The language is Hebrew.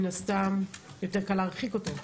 מן הסתם יותר קל להרחיק אותו.